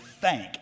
thank